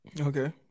Okay